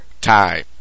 time